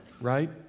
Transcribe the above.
Right